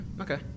Okay